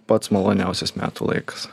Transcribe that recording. pats maloniausias metų laikas